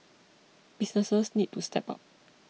businesses need to step up